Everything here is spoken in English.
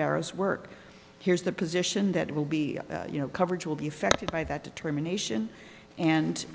barest work here's the position that will be you know coverage will be affected by that determination and